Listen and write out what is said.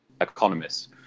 economists